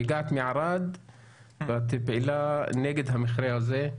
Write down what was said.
הגעת מערד ואת פעילה נגד המכרה הזה.